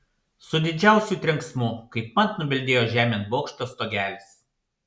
su didžiausiu trenksmu kaip mat nubildėjo žemėn bokšto stogelis